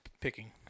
picking